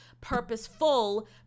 purposeful